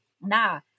nah